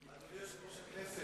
אדוני היושב-ראש,